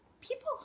people